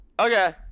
Okay